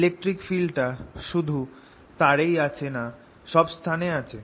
electric ফিল্ডটা শুধু তারেই আছে না সব স্থান এ আছে